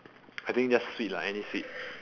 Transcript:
I think just sweet lah any sweet